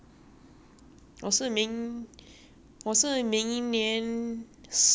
我是明年十二月才读完的所以还没这一快